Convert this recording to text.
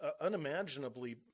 unimaginably